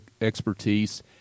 expertise